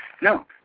no